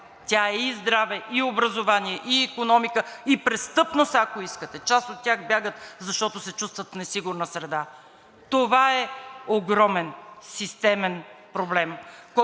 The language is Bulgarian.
тя е и здраве и образование, и икономика, и престъпност, ако искате. Част от тях бягат, защото се чувстват в несигурна среда. Това е огромен, системен проблем,